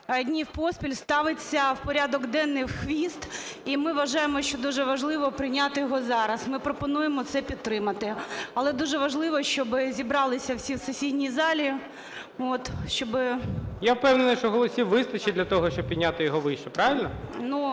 днів поспіль ставиться в порядок денний в хвіст. І ми вважаємо, що дуже важливо прийняти його зараз. Ми пропонуємо це підтримати. Але дуже важливо, щоб зібралися всі в сесійній залі, щоб… ГОЛОВУЮЧИЙ. Я впевнений, що голосів вистачить для того, щоб підняти його вище, правильно?